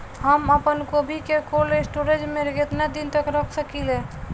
हम आपनगोभि के कोल्ड स्टोरेजऽ में केतना दिन तक रख सकिले?